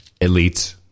Elites